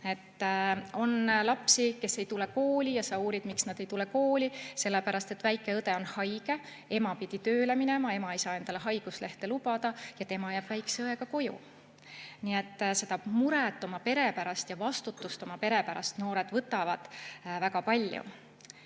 On lapsi, kes ei tule kooli, ja siis sa uurid, miks nad ei tule kooli – sellepärast, et väike õde on haige, ema pidi tööle minema, ema ei saa endale haiguslehte lubada, ja tema jääb väikese õega koju. Nii et seda muret oma pere pärast ja vastutust oma pere pärast noored võtavad väga palju